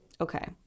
Okay